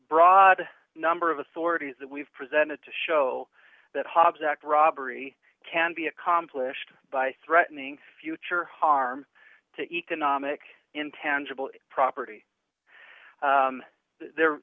broad number of authorities that we've presented to show that hobbs act robbery can be accomplished by threatening future harm to economic intangible property